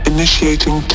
Initiating